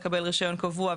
כבר לקבל רישיון קבוע,